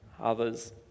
others